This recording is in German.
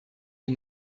die